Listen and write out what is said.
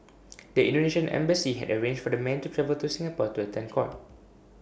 the Indonesian embassy had arranged for the man to travel to Singapore to attend court